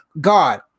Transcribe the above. God